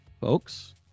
Folks